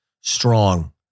strong